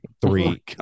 three